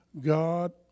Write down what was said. God